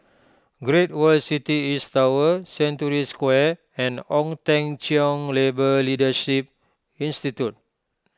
Great World City East Tower Century Square and Ong Teng Cheong Labour Leadership Institute